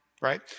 right